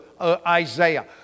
Isaiah